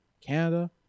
Canada